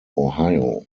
ohio